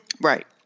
Right